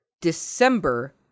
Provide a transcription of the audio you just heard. December